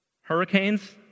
hurricanes